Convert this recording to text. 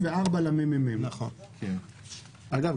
אגב,